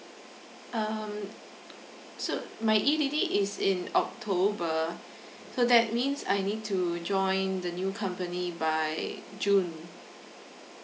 um so my E_D_D is in october so that means I need to join the new company by june